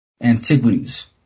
Antiquities